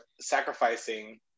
sacrificing